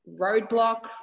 roadblock